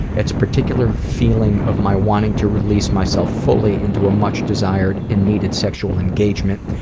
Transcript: it's a particular feeling of my wanting to release myself fully into a much desired and needed sexual engagement.